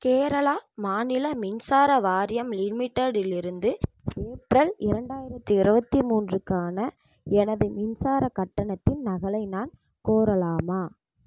கேரளா மாநில மின்சார வாரியம் லிமிடெடிலிருந்து ஏப்ரல் இரண்டாயிரத்தி இருபத்தி மூன்றுக்கான எனது மின்சார கட்டணத்தின் நகலை நான் கோரலாமா